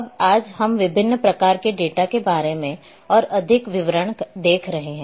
अब आज हम विभिन्न प्रकार के डेटा के बारे में और अधिक विवरण देख रहे हैं